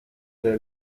ser